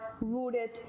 rooted